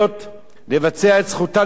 לבצע את זכותם לפיתוח.